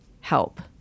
help